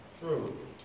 True